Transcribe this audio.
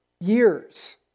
years